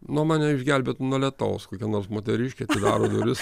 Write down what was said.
nu mane išgelbėtų nuo lietaus kokia nors moteriškė atidaro duris